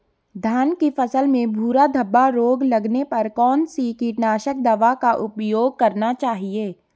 धान की फसल में भूरा धब्बा रोग लगने पर कौन सी कीटनाशक दवा का उपयोग करना चाहिए?